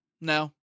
no